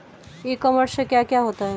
ई commerce से क्या क्या लाभ हैं?